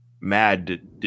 mad